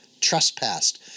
trespassed